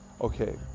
okay